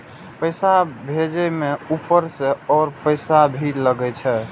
पैसा भेजे में ऊपर से और पैसा भी लगे छै?